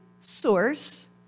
source